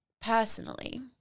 personally